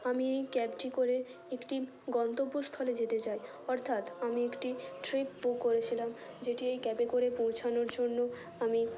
আমি এই ক্যাবটি করে একটি গন্তব্যস্থলে যেতে চাই অর্থাৎ আমি একটি ট্রিপ বুক করেছিলাম যেটি এই ক্যাবে করে পৌঁছানোর জন্য আমি